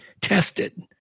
tested